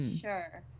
sure